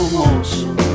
motion